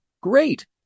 great